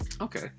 Okay